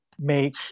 make